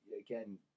again